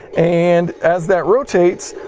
and as that rotates,